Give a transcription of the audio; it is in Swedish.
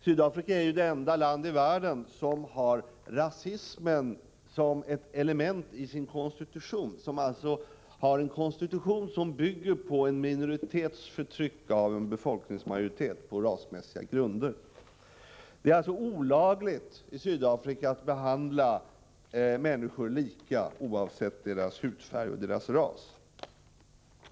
Sydafrika är det enda land i världen som har rasismen som ett element i sin konstitution — som alltså har en konstitution som bygger på en minoritets förtryck av en befolkningsmajoritet på rasmässiga grunder. Det är således olagligt i Sydafrika att bortse från människors hudfärg och ras och behandla dem lika.